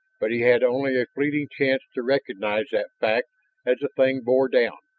but he had only a fleeting chance to recognize that fact as the thing bore down,